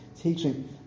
teaching